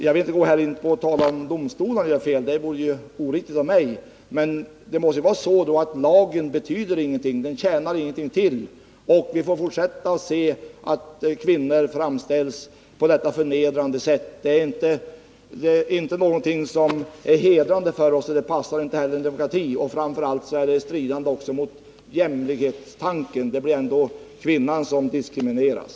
Jag vill inte här gå in på att diskutera domstolarnas domar, det vore oriktigt av mig, men det måste vara så att lagen ingenting betyder, att förordningar inte tjänar någonting till. Vi får finna oss i att se att kvinnor framställs på detta förnedrande sätt. Det är inte någonting som är hedrande för oss, det passar inte in i en demokrati och det är framför allt stridande också mot jämlikhetstanken, eftersom kvinnan diskrimineras.